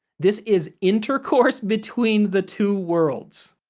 this is intercourse between the two worlds.